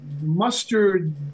mustard